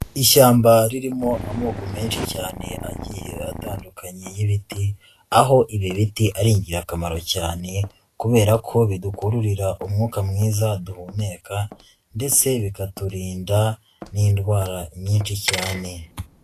Ishyamba ririmo amoko menshi cyane agiye atandukanye y'ibiti, aho ibi biti ari ingirakamaro cyane kubera ko bidukururira umwuka mwiza duhumeka ndetse bikaturinda n'indwara nyinshi cyane.